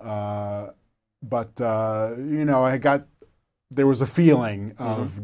but you know i got there was a feeling of